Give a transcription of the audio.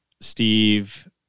Steve